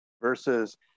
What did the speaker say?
versus